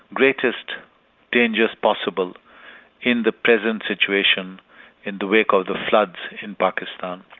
greatest dangers possible in the present situation in the wake of the floods in pakistan.